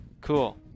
cool